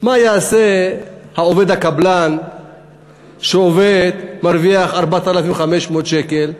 מה יעשה עובד הקבלן שעובד, מרוויח 4,500 שקל?